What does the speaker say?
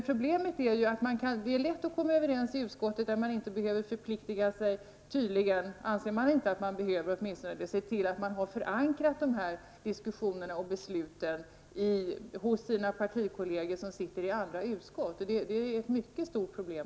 Problemet är att det tydligen är lätt att komma överens i utskottet utan att anse sig förpliktigad att se till att man har förankrat dessa diskussioner och beslut hos sina partikollegor som sitter i andra utskott. Jag anser att detta är ett mycket stort problem.